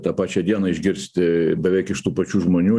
tą pačią dieną išgirsti beveik iš tų pačių žmonių